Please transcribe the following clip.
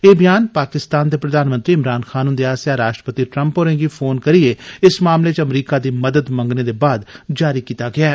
एह ब्यान पाकिस्तान दे प्रधानमंत्री इमरान खान ह्न्दे आसेया राष्ट्रपति ट्रम्प होरें गी फोन करियै इस मामले च अमरीका दी मदद मंगने दे बाद जारी कीता गेया ऐ